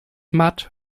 matt